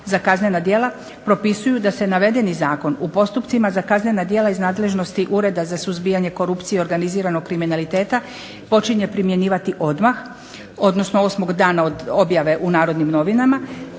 za kaznena djela propisuju da se navedeni zakon u postupcima za kaznena djela iz nadležnosti Ureda za suzbijanje korupcije i organiziranog kriminaliteta počinje primjenjivati odmah, odnosno osmog dana od objave u "Narodnim novinama"